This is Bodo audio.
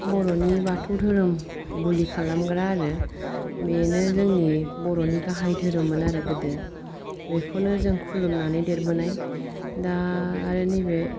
बर'नि बाथौ धोरोम बुलि खालामग्रा आरो बेनो जोंनि बर'नि गाहाय धोरोममोन आरो गोदो बेखौनो जों खुलुमनानै देरबोनाय दा आरो नैबे